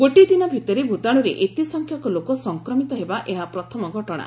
ଗୋଟିଏ ଦିନ ଭିତରେ ଭତାଶ୍ରରେ ଏତେ ସଂଖ୍ୟକ ଲୋକ ସଂକ୍ରମିତ ହେବା ଏହା ପ୍ରଥମ ଘଟଣା